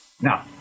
Now